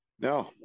No